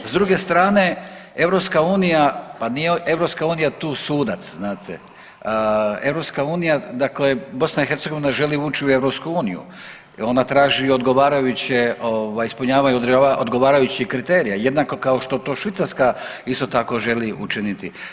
S druge strane EU, pa nije EU tu sudac znate, EU dakle BiH želi ući u EU ona traži odgovarajuće, ispunjavanje odgovarajućih kriterija jednako kao što to Švicarska isto tako želi učiniti.